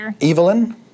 Evelyn